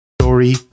Story